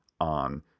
on